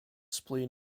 spleen